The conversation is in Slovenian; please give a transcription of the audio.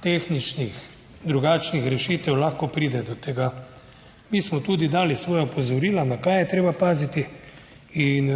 tehničnih drugačnih rešitev lahko pride do tega. Mi smo tudi dali svoja opozorila, na kaj je treba paziti in